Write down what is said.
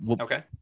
Okay